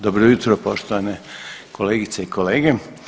Dobro jutro poštovane kolegice i kolege.